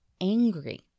angry